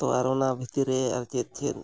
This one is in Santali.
ᱛᱚ ᱟᱨᱚ ᱚᱱᱟ ᱵᱷᱤᱛᱤᱨᱨᱮ ᱟᱨ ᱪᱮᱫ ᱪᱮᱫ